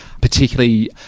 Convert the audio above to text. particularly